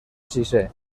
sisè